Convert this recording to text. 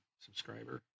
subscriber